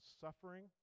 suffering